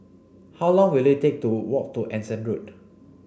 how long will it take to walk to Anson Road